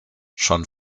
schon